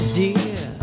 dear